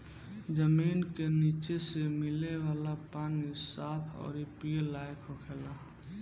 जमीन के निचे से मिले वाला पानी साफ अउरी पिए लायक होखेला